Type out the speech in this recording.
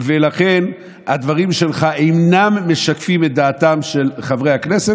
ולכן הדברים שלך אינם משקפים את דעתם של חברי הכנסת.